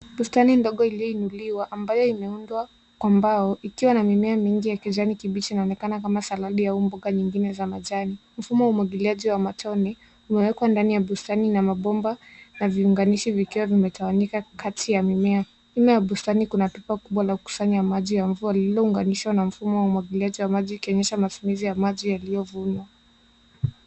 Bustani ndogo ilioinuliwa iliundwa kwa mbao ikiwa na mimea mingi ya kijani kibichi na inaonekana kama salati ya mbu au mboga nyingine za kijana. Mfumo wa umwagiliaji wa matone imekwa ndani ya bustani na mapomba na viunganishi vikiwa vimetawanyika kati ya mimea. Nyuma ya bustani kuna pipa kubwa la kusanya maji ya mvua lililo unganishwa mfumo wa umwagiliaji wa maji ikionyesha matumizi ya maji yaliovunwa.